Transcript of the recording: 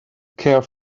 care